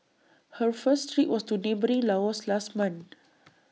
her first trip was to neighbouring Laos last month